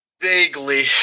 Vaguely